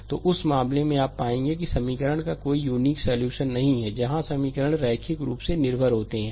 तो उस मामले में आप पाएंगे कि समीकरण का कोई यूनीक सॉल्यूशन नहीं है जहां समीकरण रैखिक रूप से निर्भर होते हैं